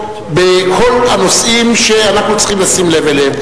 בכל הנושאים שאנחנו צריכים לשים לב אליהם.